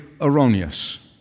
erroneous